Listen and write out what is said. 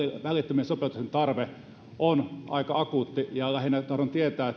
välittömän sopeuttamisen tarve on aika akuutti lähinnä tahdon tietää